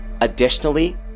Additionally